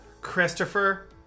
Christopher